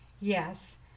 Yes